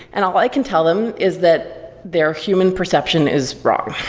and all i can tell them is that their human perception is wrong,